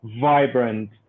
vibrant